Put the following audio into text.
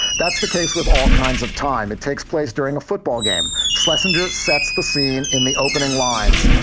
that's the case with all kinds of time that takes place during a football game. slender sets the scene in the opening lines